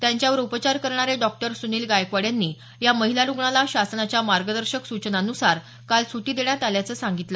त्यांच्यावर उपचार करणारे डॉक्टर सुनील गायकवाड यांनी या महिला रूग्णाला शासनाच्या मार्गदर्शक सूचनांनुसार काल सुटी देण्यात आल्याचं सांगितलं